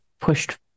pushed